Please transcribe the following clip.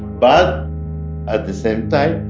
but at the same time,